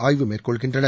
ஆய்வு மேற்கொள்கின்றனர்